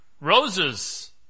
roses